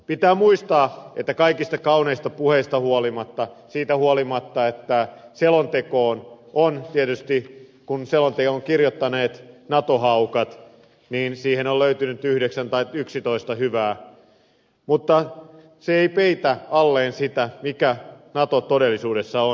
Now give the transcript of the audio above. pitää muistaa kaikista kauniista puheista huolimatta että selontekoon on tietysti kun selonteon ovat kirjoittaneet nato haukat löytynyt yhdeksän tai yksitoista hyvää mutta se ei peitä alleen sitä mikä nato todellisuudessa on